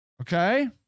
Okay